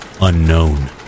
unknown